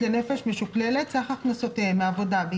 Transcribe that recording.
אני רק אגיד שהתוספת לחוק מפרטת את תנאי השירות של אותם משרתים